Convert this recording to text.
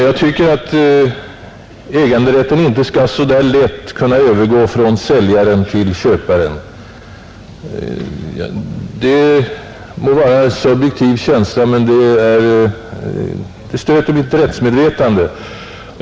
Jag tycker att äganderätten inte så där lätt skall kunna övergå från säljaren till köparen. Det må vara en subjektiv känsla, men det stöter mitt rättsmedvetande.